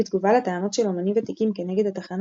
בתגובה לטענות של אמנים ותיקים כנגד התחנה